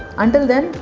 until then.